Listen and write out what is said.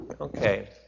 Okay